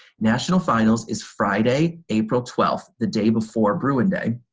national finals is friday, april twelve, the day before bruin day.